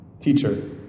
Teacher